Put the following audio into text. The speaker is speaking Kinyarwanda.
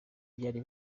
byari